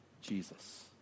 Jesus